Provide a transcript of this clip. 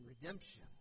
redemption